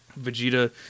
Vegeta